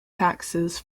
taxes